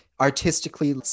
artistically